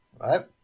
right